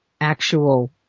actual